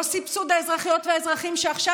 לא סבסוד האזרחיות והאזרחים שעכשיו